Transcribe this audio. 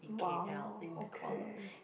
!wow! okay